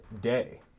day